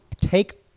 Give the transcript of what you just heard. take